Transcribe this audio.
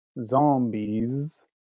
zombies